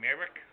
Eric